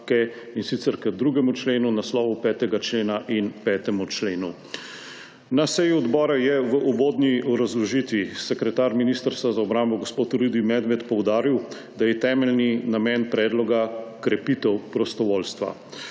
in sicer k 2. členu, naslovu 5. člena in 5. členu. Na seji odbora je v uvodni obrazložitvi sekretar Ministrstva za obrambo gospod Rudi Medved poudaril, da je temeljni namen predloga krepitev prostovoljstva.